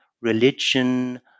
religion